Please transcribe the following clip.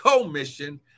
commission